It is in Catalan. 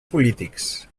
polítics